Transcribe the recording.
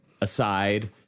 aside